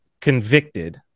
convicted